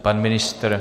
Pan ministr?